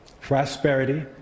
prosperity